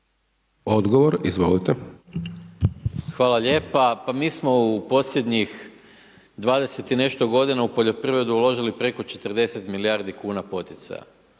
Gordan (SDP)** Hvala lijepo. Mi smo u posljednjih 20 i nešto g. u poljoprivredu uložili preko 40 milijardi kn poticaja.